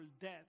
death